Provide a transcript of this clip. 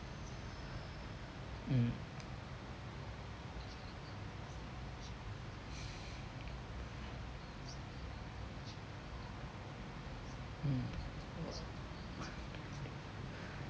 mm mm